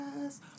yes